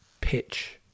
pitch